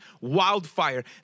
wildfire